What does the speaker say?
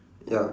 ya